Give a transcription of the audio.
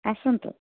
ଆସନ୍ତୁ